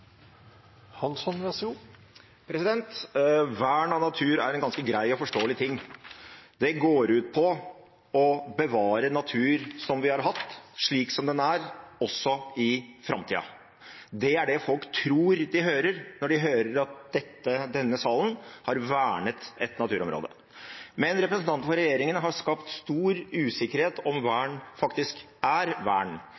Vern av natur er en ganske grei og forståelig ting. Det går ut på å bevare natur vi har hatt, slik den er – også i framtiden. Det er det folk tror de hører når de hører at denne salen har vernet et naturområde. Men representanter for regjeringen har skapt stor usikkerhet om vern